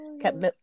kept